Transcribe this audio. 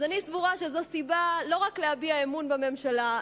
אז אני סבורה שזאת סיבה לא רק להביע אמון בממשלה,